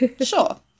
sure